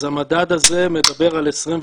אז המדד הזה מדבר על 25,